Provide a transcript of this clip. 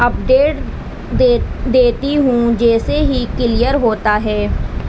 اپ date دے دیتی ہوں جیسے ہی کلیئر ہوتا ہے